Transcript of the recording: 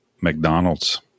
McDonald's